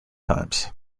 times